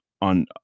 on